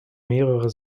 mehrere